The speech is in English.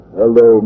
hello